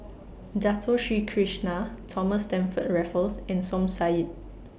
Dato Sri Krishna Thomas Stamford Raffles and Som Said